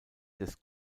des